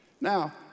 Now